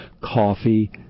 coffee